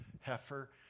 heifer